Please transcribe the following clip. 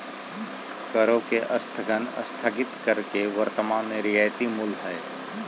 करों के स्थगन स्थगित कर के वर्तमान रियायती मूल्य हइ